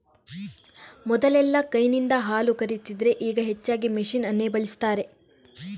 ಮೊದಲೆಲ್ಲಾ ಕೈನಿಂದ ಹಾಲು ಕರೀತಿದ್ರೆ ಈಗ ಹೆಚ್ಚಾಗಿ ಮೆಷಿನ್ ಅನ್ನೇ ಬಳಸ್ತಾರೆ